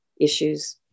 issues